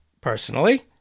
personally